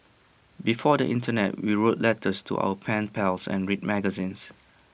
before the Internet we wrote letters to our pen pals and read magazines